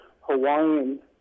Hawaiian